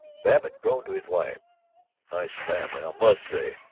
babbitt groaned to his wife nice family, i must say!